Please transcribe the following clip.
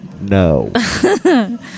No